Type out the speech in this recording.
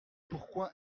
pourquoi